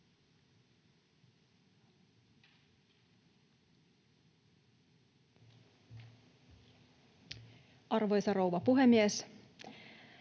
Arvoisa rouva puhemies!